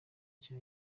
nshya